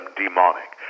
demonic